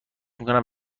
میکنم